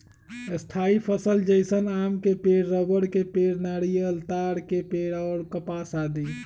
स्थायी फसल जैसन आम के पेड़, रबड़ के पेड़, नारियल, ताड़ के पेड़ और कपास आदि